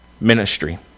ministry